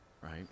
right